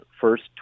first